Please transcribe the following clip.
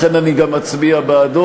לכן אני גם אצביע בעדו,